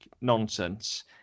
nonsense